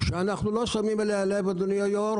שאנחנו לא שמים אליה לב, אדוני היושב-ראש